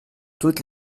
toutes